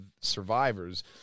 survivors